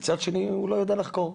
מצד שני הוא לא יודע לחקור.